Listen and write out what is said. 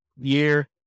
year